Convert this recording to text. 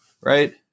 right